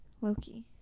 Loki